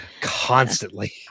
Constantly